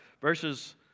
verses